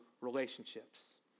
relationships